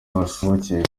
wahasohokeye